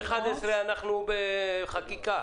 ב-11 אנחנו בחקיקה.